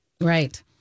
Right